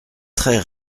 très